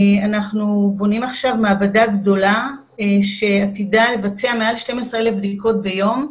אנחנו בונים עכשיו מעבדה גדולה שעתידה לבצע מעל 12,000 בדיקות ביום,